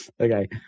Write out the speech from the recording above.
Okay